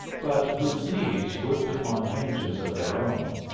but whose knees worked upon hinges of their own,